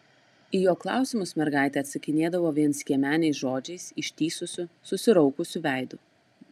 į jo klausimus mergaitė atsakinėdavo vienskiemeniais žodžiais ištįsusiu susiraukusiu veidu